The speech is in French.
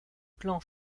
clan